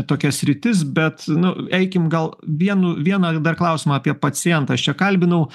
tokia sritis bet nu eikim gal vienu vieną dar klausimą apie pacientą aš čia kalbinau